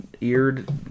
eared